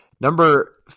Number